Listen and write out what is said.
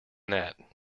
that